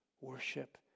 worship